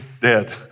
dead